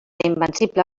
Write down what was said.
invencible